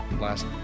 Last